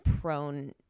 prone